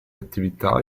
attività